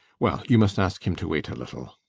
well, you must ask him to wait a little.